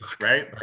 right